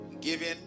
giving